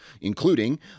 including